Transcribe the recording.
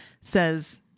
says